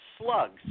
Slugs